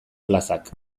plazak